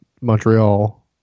Montreal